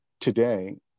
today